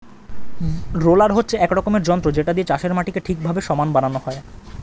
roller হচ্ছে এক রকমের যন্ত্র যেটা দিয়ে চাষের মাটিকে ঠিকভাবে সমান বানানো হয়